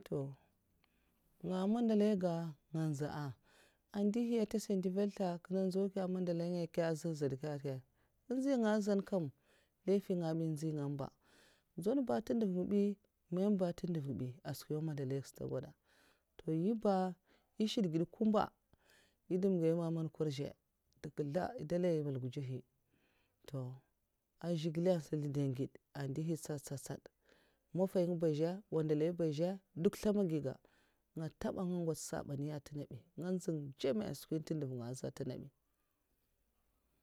To nga mandalai ga nga nzè a an ndihi atasa ndèvèl ta nkinnè nzau kè a mandalai n kè? A zan zan kè? Nzi ngaya zan kam laifi nga bi nzi nga amba nzèn ba in ndi ndav nga bi mama ba ndi ndav n nyè ba èshid gèd kumkba nyè dalai malgwujahi a zhigilè zlin dèn gèd a nduhi nstad ntsad mafahi ba zhè wandalahi ba zhè nduk zlang a gi ga nag gau sabani a ntè nga bi nga nzhèn tsèma skwi ntèn ndèv nga tèngè n bi.